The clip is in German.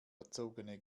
erzogene